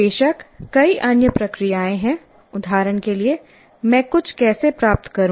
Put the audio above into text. बेशक कई अन्य प्रक्रियाएं हैं उदाहरण के लिए मैं कुछ कैसे प्राप्त करूं